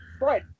Right